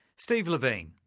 steve levine.